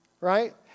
right